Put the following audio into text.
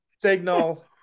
signal